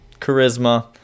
charisma